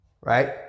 right